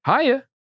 Hiya